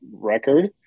record